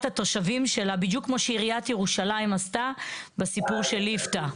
התושבים שלה בדיוק כמו שעירית ירושלים עשתה בסיפור של ליפתא.